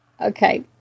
okay